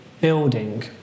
building